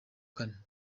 kane